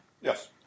Yes